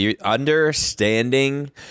understanding